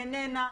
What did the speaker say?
איננה,